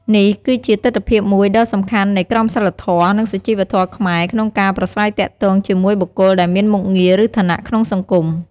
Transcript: នេះគឺជាទិដ្ឋភាពមួយដ៏សំខាន់នៃក្រមសីលធម៌ និងសុជីវធម៌ខ្មែរក្នុងការប្រាស្រ័យទាក់ទងជាមួយបុគ្គលដែលមានមុខងារ ឬឋានៈក្នុងសង្គម។